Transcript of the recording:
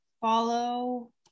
follow